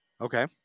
Okay